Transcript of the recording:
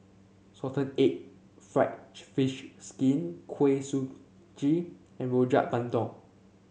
Salted Egg fried fish skin Kuih Suji and Rojak Bandung